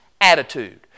attitude